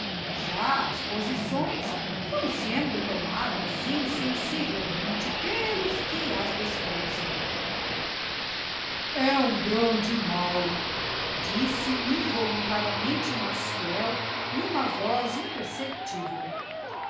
já as posições vão sendo tomadas insensivelmente pelos que as desprezam e um grande mal disse involuntariamente maciel n'uma voz imperceptível